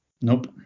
Nope